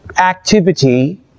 activity